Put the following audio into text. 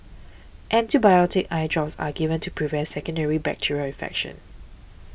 antibiotic eye drops are given to prevent secondary bacterial infection